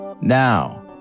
Now